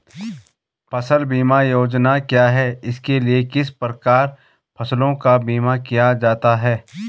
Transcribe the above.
फ़सल बीमा योजना क्या है इसके लिए किस प्रकार फसलों का बीमा किया जाता है?